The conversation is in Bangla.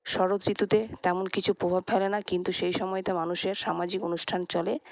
শরৎ ঋতুতে তেমন কিছু প্রভাব ফেলেনা কিন্তু সেই সময়তে মানুষের সামাজিক অনুষ্ঠান চলে